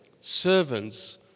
Servants